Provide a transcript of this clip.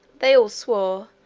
they all swore,